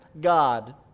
God